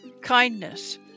kindness